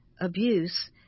abuse